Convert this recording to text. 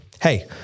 hey